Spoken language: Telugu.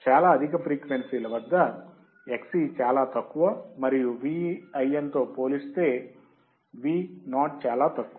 చాలా అధికఫ్రీక్వెన్సీ ల వద్ద Xc చాలా తక్కువ మరియు Vin తో పోలిస్తే Vo చాలా తక్కువ